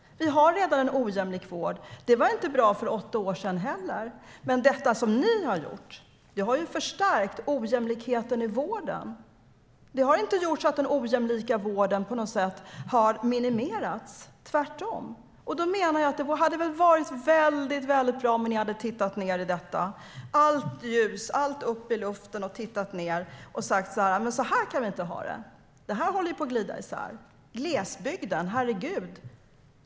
Vi har redan en ojämlik vård. Det var inte bra för åtta år sedan heller. Men det som ni har gjort har förstärkt ojämlikheten i vården. Det har inte gjort så att den ojämlika vården på något sätt har minimerats, utan tvärtom. Jag menar att det hade varit väldigt bra om ni hade tittat ned i detta och satt allt ljus på det. Ni borde ha tagit upp allt i luften och tittat på det och sagt: Så här kan vi inte ha det! Det här håller på att glida isär. Se på glesbygden - herregud!